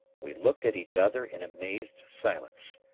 we looked at each other in amazed silence.